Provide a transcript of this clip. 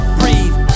breathe